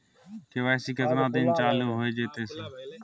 KYC केतना दिन चालू होय जेतै है सर?